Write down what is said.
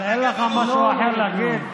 אבל אין לך משהו אחר להגיד?